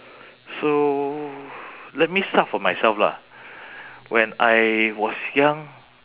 so let me start for myself lah when I was young